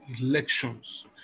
elections